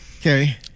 Okay